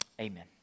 Amen